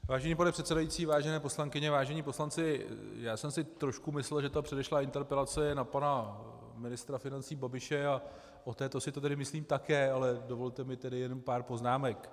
Vážený pane předsedající, vážené poslankyně, vážení poslanci, já jsem si trošku myslel, že ta předešlá interpelace je na pana ministra financí Babiše, a o této si to tedy myslím také, ale dovolte mi tedy jenom pár poznámek.